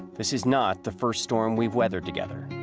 this is not the first storm we've weather together.